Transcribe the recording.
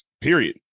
period